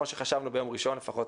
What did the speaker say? כמו שחשבנו ביום ראשון לפחות,